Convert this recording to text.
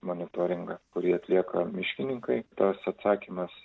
monitoringas kurį atlieka miškininkai tas atsakymas